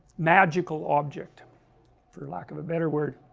magical object for lack of a better word